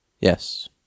Yes